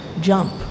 jump